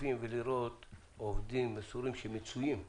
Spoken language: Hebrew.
עובדים מסורים שמצויים בחומר.